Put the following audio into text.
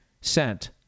sent